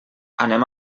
anem